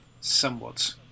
somewhat